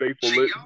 faithful